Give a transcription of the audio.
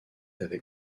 avec